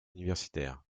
universitaire